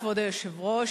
כבוד היושב-ראש,